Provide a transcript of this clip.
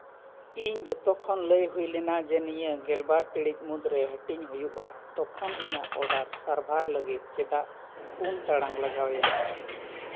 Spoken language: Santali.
ᱤᱧ ᱡᱚᱛᱚᱠᱷᱚᱱ ᱞᱟᱹᱭ ᱦᱩᱭ ᱞᱮᱱᱟ ᱡᱮ ᱱᱤᱭᱟᱹ ᱜᱮᱞᱵᱟᱨ ᱴᱤᱬᱤᱡ ᱢᱩᱫᱽᱨᱮ ᱦᱟᱹᱴᱤᱧ ᱦᱩᱭᱩᱜᱼᱟ ᱛᱚᱠᱷᱚᱱ ᱤᱧᱟᱹᱜ ᱚᱰᱟᱨ ᱥᱟᱨᱵᱷᱟᱨ ᱞᱟᱹᱜᱤᱫ ᱪᱮᱫᱟᱜ ᱯᱩᱱ ᱴᱟᱬᱟᱝ ᱞᱟᱜᱟᱣᱮᱱᱟ